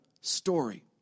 story